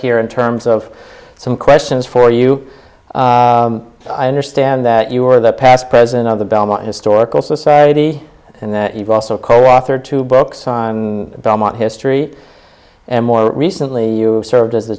here in terms of some questions for you i understand that you were the past president of the belmont historical society and that you've also coauthored two books on belmont history and more recently you served as